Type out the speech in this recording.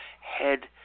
head